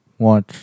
watch